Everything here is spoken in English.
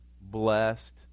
blessed